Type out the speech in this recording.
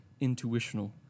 intuitional